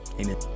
Amen